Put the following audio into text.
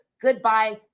Goodbye